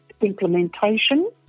implementation